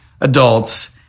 adults